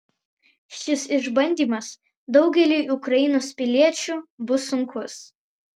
šis išbandymas daugeliui ukrainos piliečių bus sunkus